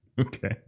okay